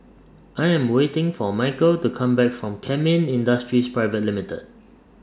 I Am waiting For Michal to Come Back from Kemin Industries